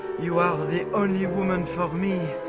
you are the only woman for me,